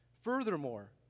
Furthermore